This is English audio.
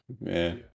man